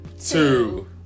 two